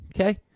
Okay